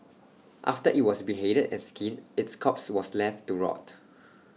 after IT was beheaded and skinned its corpse was left to rot